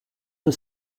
per